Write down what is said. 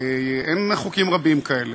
אין חוקים רבים כאלה.